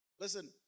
Listen